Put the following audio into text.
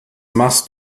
machst